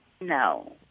No